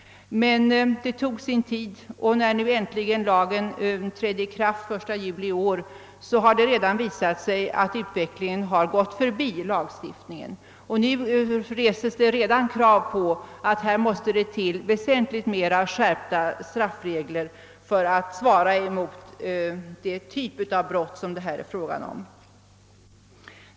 Det har tagit sin tid, och när äntligen en ny lag trädde i kraft den 1 juli i år, så har det redan visat sig att utvecklingen har gått förbi lagstiftningen. Det reses redan krav på att här måste till väsentligt mer skärpta straffsatser för att svara mot den typ av brott som det här är fråga om.